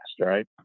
right